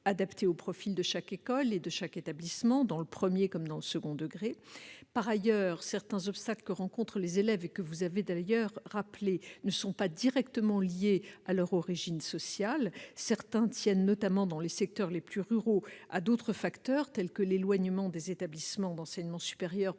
adaptés au profil de chaque école et établissement dans le premier comme dans le second degré. Par ailleurs, certains obstacles que rencontrent les élèves- vous en avez parlé -ne sont pas directement liés à leurs origines sociales. Certains tiennent, notamment dans les secteurs les plus ruraux, à d'autres facteurs, tels que l'éloignement des établissements d'enseignement supérieur pour